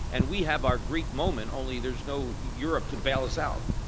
and we have our greek moment, only there's no europe to bail us out.